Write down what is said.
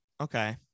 Okay